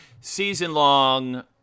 season-long